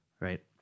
right